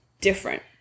different